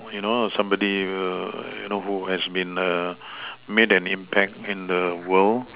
you know somebody who has made an impact in the world